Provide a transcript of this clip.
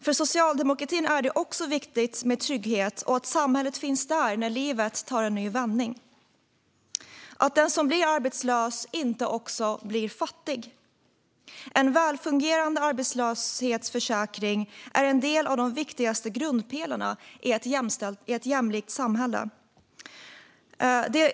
För socialdemokratin är det också viktigt med trygghet och att samhället finns där när livet tar en ny vändning så att den som blir arbetslös inte också blir fattig. En välfungerande arbetslöshetsförsäkring är en av de viktigaste grundpelarna i ett jämlikt samhälle.